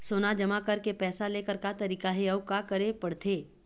सोना जमा करके पैसा लेकर का तरीका हे अउ का करे पड़थे?